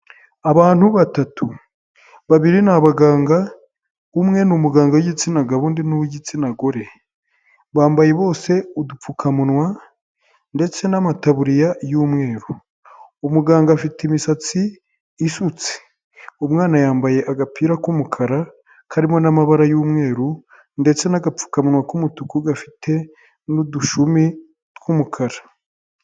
Abantu batatu babiri ni abaganga umwe ni umuganga w'igitsina gabo undi ni uw'igitsina gore, bambaye bose udupfukamunwa ndetse n'amataburiya y'umweru, umuganga afite imisatsi isutse, umwana yambaye agapira k'umukara karimo n'amabara y'umweru ndetse n'agapfukamuwa k'umutuku gafite n'udushumi tw'umukara.